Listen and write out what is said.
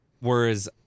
Whereas